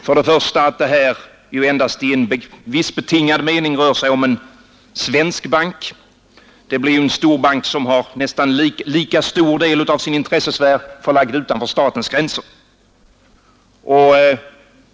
För det första rör det sig här endast i en viss, betingad mening om en svensk bank; det blir en storbank som har nästan lika stor del av sin intressesfär förlagd utanför statens gränser.